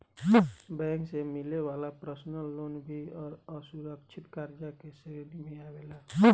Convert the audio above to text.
bank से मिले वाला पर्सनल लोन भी असुरक्षित कर्जा के श्रेणी में आवेला